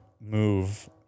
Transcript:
move